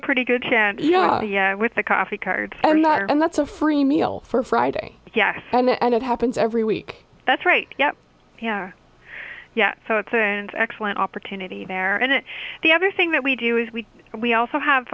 a pretty good chance with the coffee card or not and that's a free meal for friday yes and it happens every week that's right yeah yeah yeah so it's an excellent opportunity there and the other thing that we do is we we also have